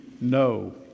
no